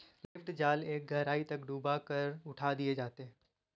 lift जाल एक गहराई तक डूबा कर उठा दिए जाते हैं